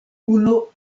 unu